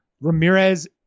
Ramirez